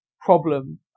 problem